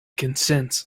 consents